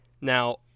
now